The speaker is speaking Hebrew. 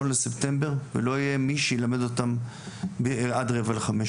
בספטמבר ולא יהיה מי שילמד אותם עד 16:45,